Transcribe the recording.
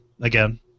again